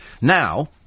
Now